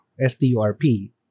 S-T-U-R-P